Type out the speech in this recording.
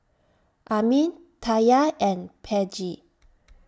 Armin Taya and Peggie